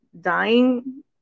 dying